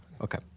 Okay